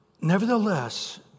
nevertheless